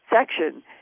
section